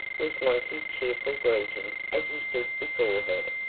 was monty's cheerful greeting as he stood before her.